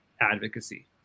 advocacy